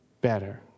better